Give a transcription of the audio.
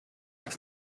aus